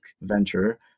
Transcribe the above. venture